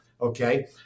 okay